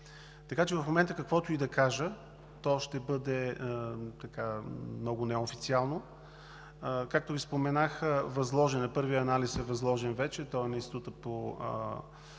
В момента каквото и да кажа, ще бъде много неофициално. Както Ви споменах, първият анализ е възложен вече на Института по